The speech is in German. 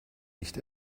nicht